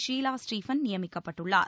Sheila Stephen நியமிக்கப்பட்டுள்ளார்